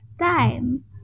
time